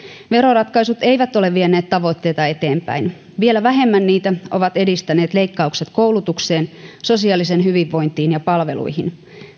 veroratkaisut eivät ole vieneet tavoitteita eteenpäin vielä vähemmän niitä ovat edistäneet leikkaukset koulutukseen sosiaaliseen hyvinvointiin ja palveluihin